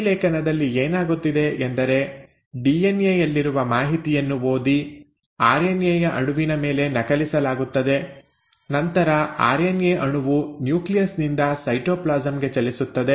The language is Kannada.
ಪ್ರತಿಲೇಖನದಲ್ಲಿ ಏನಾಗುತ್ತಿದೆ ಎಂದರೆ ಡಿಎನ್ಎ ಯಲ್ಲಿರುವ ಮಾಹಿತಿಯನ್ನು ಓದಿ ಆರ್ಎನ್ಎ ಯ ಅಣುವಿನ ಮೇಲೆ ನಕಲಿಸಲಾಗುತ್ತದೆ ನಂತರ ಆರ್ಎನ್ಎ ಅಣುವು ನ್ಯೂಕ್ಲಿಯಸ್ ನಿಂದ ಸೈಟೋಪ್ಲಾಸಂ ಗೆ ಚಲಿಸುತ್ತದೆ